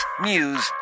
news